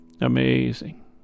Amazing